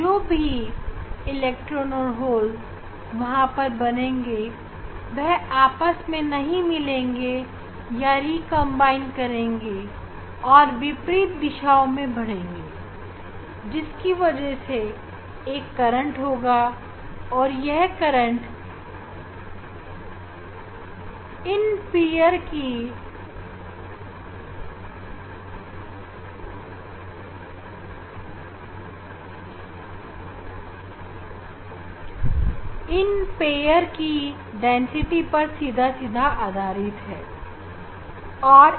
जो भी इलेक्ट्रॉन और होल वहां पर बनेंगे वह आपस में नहीं मिलेंगे या रिकंबाइन करेंगे और विपरीत दिशाओं में बढ़ेंगे जिसकी वजह से एक करंट होगा और यह करंट इन जोड़ों की आबादी पर सीधा सीधा आधारित होगा